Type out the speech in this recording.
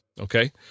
Okay